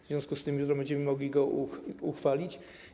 W związku z tym jutro będziemy mogli go przyjąć.